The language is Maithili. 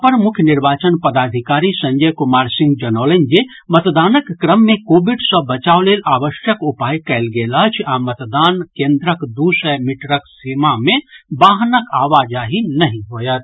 अपर मुख्य निर्वाचन पदाधिकारी संजय कुमार सिंह जनौलनि जे मतदानक क्रम मे कोविड सँ बचाव लेल आवश्यक उपाय कयल गेल अछि आ मतदान केन्द्रक दू सय मीटरक सीमा मे वाहनक आवाजाही नहि होयत